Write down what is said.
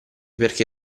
perché